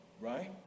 right